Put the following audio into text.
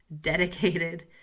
dedicated